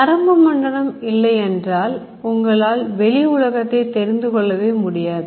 நரம்பு மண்டலம் இல்லையென்றால் உங்களால் வெளி உலகத்தை தெரிந்து கொள்ளவே முடியாது